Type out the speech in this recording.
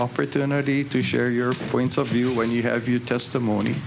opportunity to share your point of view when you have you testimony